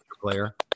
player